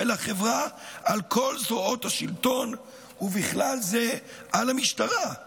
החברה על כל זרועות השלטון ובכלל זה על המשטרה";